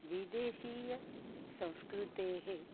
विदेशीयसंस्कृतेः